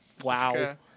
wow